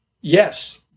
yes